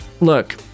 Look